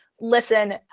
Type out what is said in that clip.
listen